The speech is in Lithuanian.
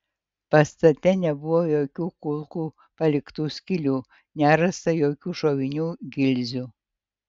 pastate nebuvo jokių kulkų paliktų skylių nerasta jokių šovinių gilzių